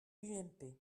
ump